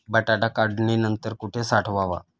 बटाटा काढणी नंतर कुठे साठवावा?